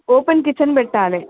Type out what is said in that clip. open kitchen పెట్టాలే